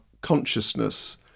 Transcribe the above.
consciousness